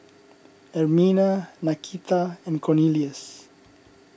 Ermina Nakita and Cornelious